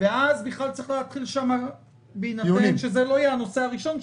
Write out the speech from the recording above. ואז בכלל תצטרכו להתחיל שם דיונים בהינתן שזה לא יהיה הנושא הראשון שלו,